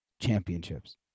championships